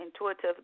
intuitive